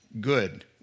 good